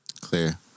Clear